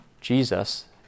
Jesus